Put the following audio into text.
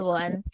one